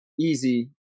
easy